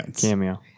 Cameo